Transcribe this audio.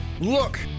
Look